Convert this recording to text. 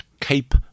Cape